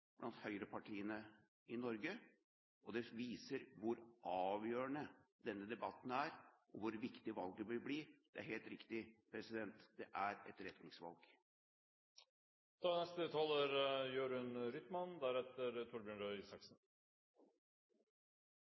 blant høyrepartiene i Norge. Det viser hvor avgjørende denne debatten er, og hvor viktig valget vil bli. Det er helt riktig: Det er